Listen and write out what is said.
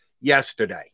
yesterday